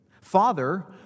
Father